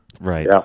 Right